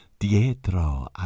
dietro